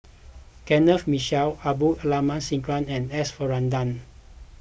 Kenneth Mitchell Abdul Aleem Siddique and S Varathan